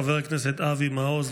חבר הכנסת אבי מעוז.